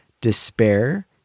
despair